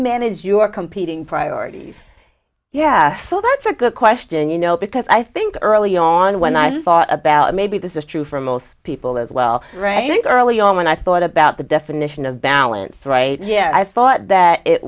manage your competing priorities yeah so that's a good question you know because i think early on when i thought about maybe this is true for most people as well right i think early on when i thought about the definition of balance right yeah i thought that it